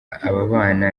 ababana